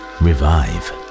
revive